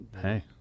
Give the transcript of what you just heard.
hey